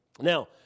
Now